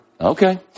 Okay